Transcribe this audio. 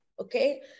Okay